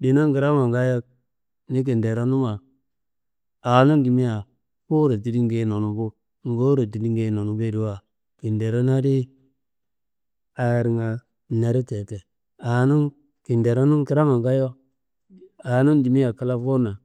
ndinan kramma ngaayo, ni kinderonuma awonum dimia fuwuro tidinge ye nonumbu, ngowuro tidinge ye nonumbuyediwa, kinderom adi ahirnga neditu te, awonum kinderonum kramma ngaayo awonum dimia ngaayo kla fuwuna.